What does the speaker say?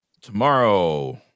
Tomorrow